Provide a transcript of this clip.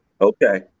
Okay